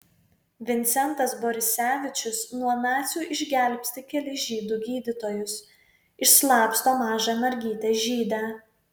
vincentas borisevičius nuo nacių išgelbsti kelis žydų gydytojus išslapsto mažą mergytę žydę